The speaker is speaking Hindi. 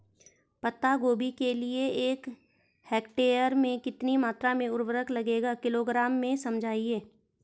पत्ता गोभी के लिए एक हेक्टेयर में कितनी मात्रा में उर्वरक लगेगा किलोग्राम में समझाइए?